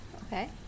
Okay